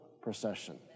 procession